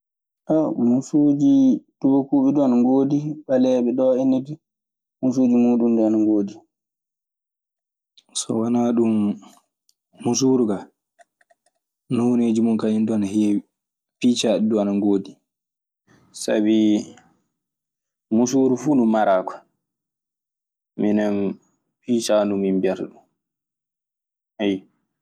mussuji tubakuɓe dun ana ngodi, baleeɓe ɗo henne dun mussuji mudum dum ana ngodi. So wanaa ɗun, muusuuru kaa nooneeji mun kañun duu ana heewi. Piicaaɗi duu ana ngoodi. Sabi musiiru fuu ndu maraaka minen hisaadu min mbiyata ɗum, eyyo.